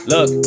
Look